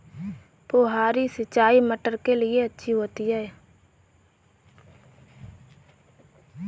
फुहारी सिंचाई मटर के लिए अच्छी होती है?